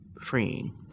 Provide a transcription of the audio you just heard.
freeing